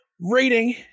rating